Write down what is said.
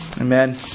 Amen